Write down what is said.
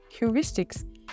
heuristics